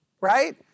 right